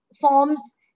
forms